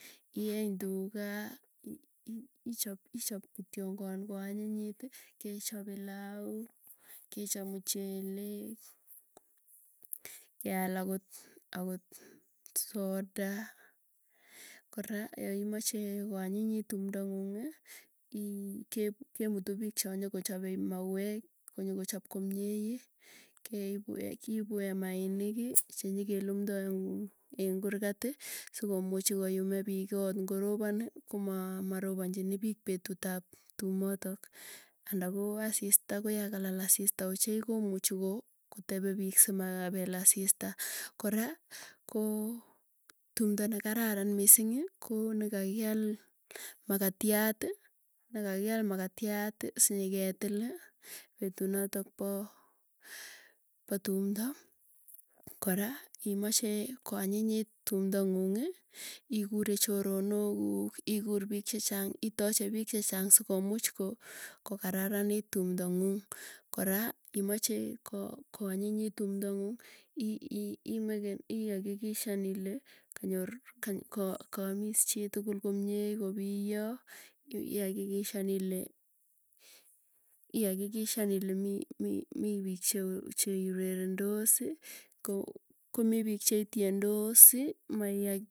Ieng tuga, ichop ichop kitiongon, koanyinyiti keichop ile plau keichop muchelek. Keal agot agot soda, kora yaimache iai koanyinyitu tumdo nguung'ii ii kemutu piik, cha nyoko chapei e mauwek konyokochop komie. Keipu e keipu emainikii chenyikelumdo eunguung eng kurkati sikomuchi koyumee piik akot ngoroponi, koma maropanchini piik petut ap tumotok. Ana koo asista koyokalal asista ochei komuchi kotepi piik, simapel asista. Kora koo, tumdo nekararan misiing'ii kouni kakial makatiati nekakial makatiat sinyeketili, petuu notok po po tumdo kora imache koanyinyit tumdo nguung ikure choronok kuuk, iguur piik chechang itache piik chechang, sikomuuch ko kokararanit tumdonguung. kora imache ko koanyinyit tumdo ng'uung i makeken ihakikishan ile kanyor kaamiss chitugul komie kopiyo. iakikishan ile ihakikishan ile mi mi mipiik che cheiurerendos ko komii piik cheitendosi maiya.